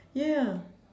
ya ya